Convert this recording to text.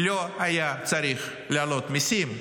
לא היה צריך להעלות מיסים בכלל.